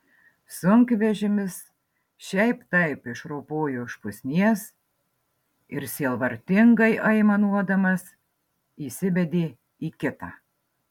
sunkvežimis šiaip taip išropojo iš pusnies ir sielvartingai aimanuodamas įsibedė į kitą